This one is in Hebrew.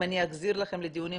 אם אני אחזיר אתכם לדיונים,